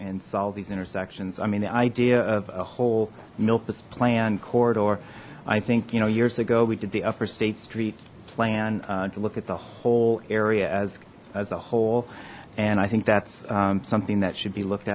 and solve these intersections i mean the idea of a whole milpas plan corridor i think you know years ago we did the upper state street plan to look at the whole area as as a whole and i think that's something that should be looked